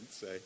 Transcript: say